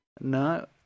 No